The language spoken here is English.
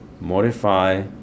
modify